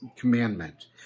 commandment